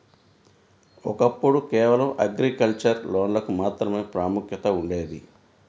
ఒకప్పుడు కేవలం అగ్రికల్చర్ లోన్లకు మాత్రమే ప్రాముఖ్యత ఉండేది